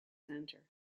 centre